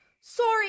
Sorry